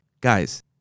Guys